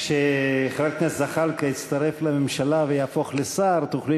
כשחבר הכנסת זחאלקה יצטרף לממשלה ויהפוך לשר תוכלי